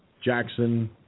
Jackson